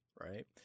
right